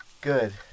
Good